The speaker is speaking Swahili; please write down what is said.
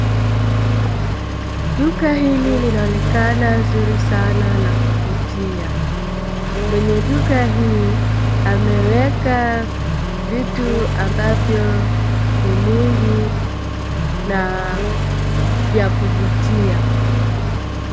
Duka hili linaonekana nzuri sana la kuvutia. Mwenye duka hii ameweka vitu ambavyo ni mingi na vya kuvutia.